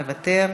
מוותר,